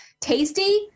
tasty